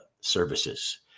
Services